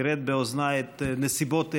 פירט באוזניי את נסיבות היעדרו,